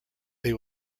they